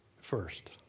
first